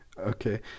Okay